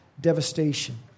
devastation